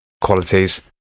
qualities